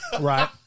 right